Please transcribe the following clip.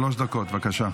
שלוש דקות, בבקשה.